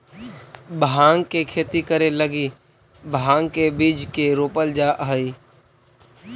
भाँग के खेती करे लगी भाँग के बीज के रोपल जा हई